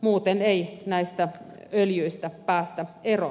muuten ei näistä öljyistä päästä eroon